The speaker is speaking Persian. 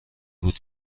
بود